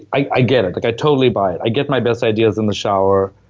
i i get it. like, i totally buy it. i get my best ideas in the shower.